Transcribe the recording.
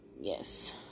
Yes